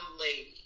lady